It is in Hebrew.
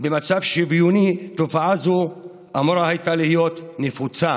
שוויוני תופעה זו אמורה הייתה להיות נפוצה,